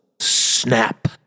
snap